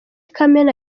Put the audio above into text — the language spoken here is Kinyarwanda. kamena